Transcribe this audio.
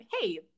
hey